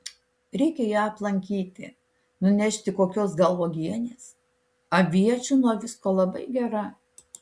reikia ją aplankyti nunešti kokios gal uogienės aviečių nuo visko labai gera